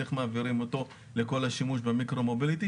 איך מעבירים אותו לכל השימוש במיקרו-מוביליטי,